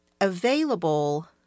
available